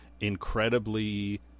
incredibly